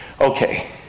Okay